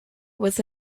was